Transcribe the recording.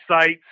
sites